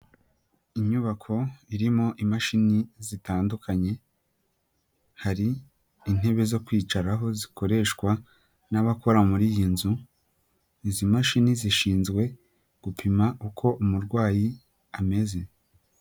Inyubako irimo imashini zitandukanye hari intebe zo kwicaraho zikoreshwa n'abakora muri iyi nzu, izi mashini zishinzwe gupima uko umurwayi ameze.